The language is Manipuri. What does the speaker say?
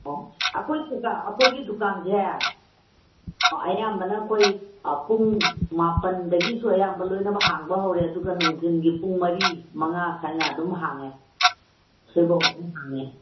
ꯑꯧ ꯑꯩꯈꯣꯏ ꯁꯤꯗ ꯑꯩꯈꯣꯏ ꯗꯨꯀꯥꯟꯁꯦ ꯑꯌꯥꯝꯕꯅ ꯑꯩꯈꯣꯏ ꯄꯨꯡ ꯃꯥꯄꯟꯗꯒꯤꯁꯨ ꯑꯌꯥꯝꯕ ꯂꯣꯏꯅꯃꯛ ꯍꯥꯡꯕ ꯍꯧꯔꯦ ꯑꯗꯨꯒ ꯅꯨꯡꯊꯤꯜꯒꯤ ꯄꯨꯡ ꯃꯔꯤ ꯃꯉꯥ ꯁ꯭ꯋꯥꯏꯅ ꯑꯗꯨꯝ ꯍꯥꯡꯉꯦ ꯁꯤꯐꯥꯎ ꯑꯗꯨꯝ ꯍꯥꯡꯉꯦ